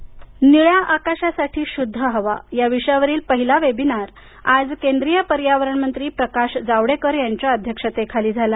जावडेकर निळ्या आकाशासाठी शुद्ध हवा या विषयावरील पहिला वेबिनार आज केंद्रीय पर्यावरणमंत्री प्रकाश जावडेकर यांच्या अध्यक्षतेखाली झाला